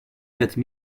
quatre